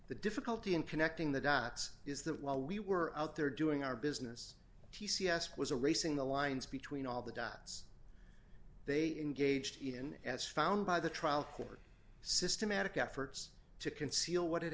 the difficulty in connecting the dots is that while we were out there doing our business t c s was a racing the lines between all the dots they engaged in as found by the trial court systematic efforts to conceal what had